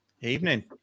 Evening